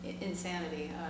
insanity